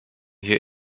hier